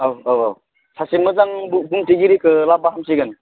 औ औ सासे मोजां बुंथिगिरिखौ लाबोबा हामसिगोन